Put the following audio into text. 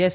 S